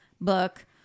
book